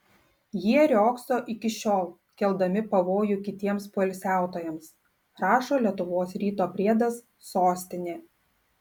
jie riogso iki šiol keldami pavojų kitiems poilsiautojams rašo lietuvos ryto priedas sostinė